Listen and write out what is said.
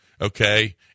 Okay